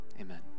Amen